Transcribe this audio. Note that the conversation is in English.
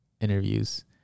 interviews